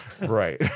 Right